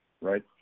right